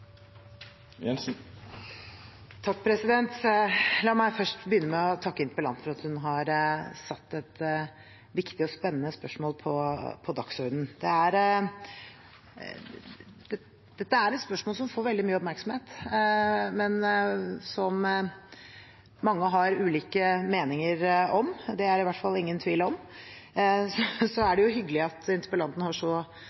La meg begynne med å takke interpellanten for at hun har satt et viktig og spennende spørsmål på dagsordenen. Dette er et spørsmål som får veldig mye oppmerksomhet, men som mange har ulike meninger om. Det er det i hvert fall ingen tvil om. Så er